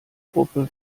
gruppe